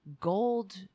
gold